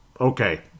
okay